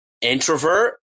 introvert